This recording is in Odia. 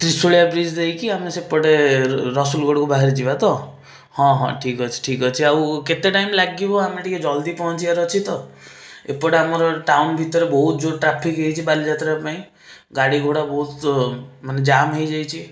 ତ୍ରିସୁଳିଆ ବ୍ରିଜ୍ ଦେଇକି ଆମେ ସେପଟେ ରସୁଲଗଡ଼କୁ ବାହାରିଯିବା ତ ହଁ ହଁ ଠିକ୍ଅଛି ଠିକ୍ଅଛି ଆଉ କେତେ ଟାଇମ ଲାଗିବ ଆମେ ଟିକିଏ ଜଲଦି ପହଞ୍ଚିବାର ଅଛି ତ ଏପଟେ ଆମର ଟାଉନ ଭିତରେ ବହୁତ ଜୋର ଟ୍ରାଫିକ ହେଇଛି ବାଲିଯାତ୍ରାପାଇଁ ଗାଡ଼ିଘୋଡ଼ା ବହୁତ ମାନେ ଜାମ ହେଇଯାଇଛି